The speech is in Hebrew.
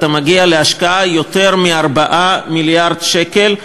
אתה מגיע להשקעה של יותר מ-4 מיליארד שקל,